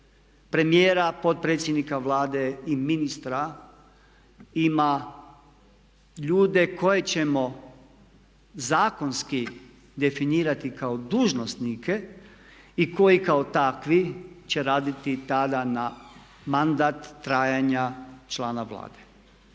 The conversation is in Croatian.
premijera, potpredsjednika Vlade i ministra ima ljude koje ćemo zakonski definirati kao dužnosnike i koji kao takvi će raditi tada na mandat trajanja člana Vlade.